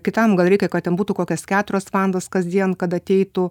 kitam gal reikia kad ten būtų kokias keturias valandas kasdien kad ateitų